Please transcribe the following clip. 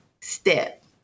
step